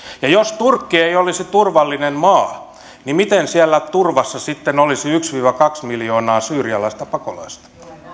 ja jos turkki ei olisi turvallinen maa niin miten siellä turvassa sitten olisi yksi viiva kaksi miljoonaa syyrialaista pakolaista